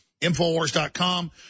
Infowars.com